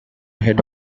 head